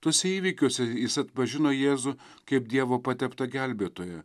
tuose įvykiuose jis atpažino jėzų kaip dievo pateptą gelbėtoją